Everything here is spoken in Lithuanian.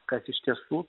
kas iš tiesų